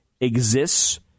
exists